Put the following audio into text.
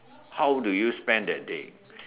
how do you spend that day